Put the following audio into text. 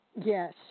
Yes